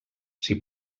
s’hi